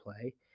play